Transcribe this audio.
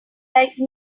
like